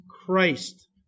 Christ